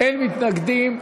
אין מתנגדים,